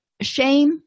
Shame